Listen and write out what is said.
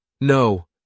No